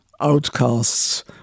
outcasts